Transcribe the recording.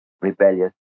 rebellious